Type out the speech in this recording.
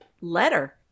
letter